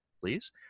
please